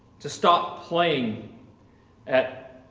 to stop playing at,